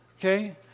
Okay